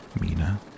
Mina